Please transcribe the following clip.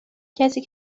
کسی